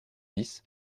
dix